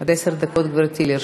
עד עשר דקות לרשותך.